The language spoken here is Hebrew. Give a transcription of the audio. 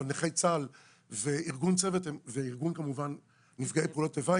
אבל נכי צה"ל וארגון נפגעי פעולות איבה,